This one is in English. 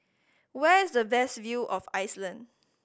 where is the best view of Iceland